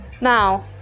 Now